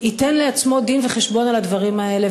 ייתן לעצמו דין-וחשבון על הדברים האלה,